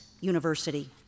university